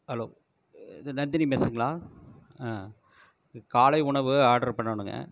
hello இது நந்தினி மெஸ்சுங்களா காலை உணவு ஆர்டர் பண்ணணுங்கள்